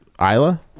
Isla